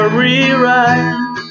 rewrite